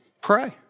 pray